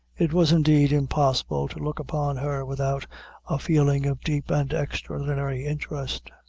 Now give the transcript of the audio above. it was, indeed, impossible to look upon her without a feeling of deep and extraordinary interest.